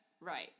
Right